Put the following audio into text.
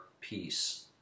peace